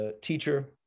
teacher